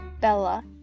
Bella